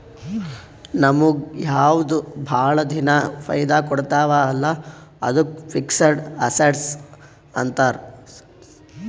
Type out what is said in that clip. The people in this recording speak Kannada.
ನಮುಗ್ ಯಾವ್ದು ಭಾಳ ದಿನಾ ಫೈದಾ ಕೊಡ್ತಾವ ಅಲ್ಲಾ ಅದ್ದುಕ್ ಫಿಕ್ಸಡ್ ಅಸಸ್ಟ್ಸ್ ಅಂತಾರ್